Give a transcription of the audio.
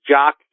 Jock